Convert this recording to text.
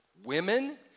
Women